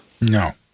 No